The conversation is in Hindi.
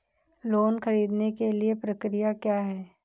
लोन ख़रीदने के लिए प्रक्रिया क्या है?